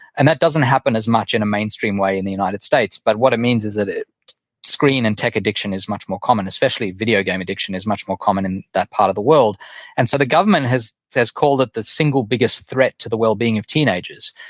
and that doesn't happen as much in a mainstream way in the united states, but what it means is that screen and tech addiction is much more common, especially video game addiction is much more common in that part of the world and so the government has has called it the single biggest threat to the well-being of teenagers,